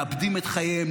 מאבדים את חייהם,